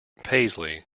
paisley